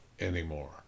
anymore